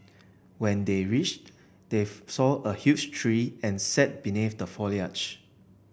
when they reached they saw a huge tree and sat beneath the foliage